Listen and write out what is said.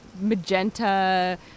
magenta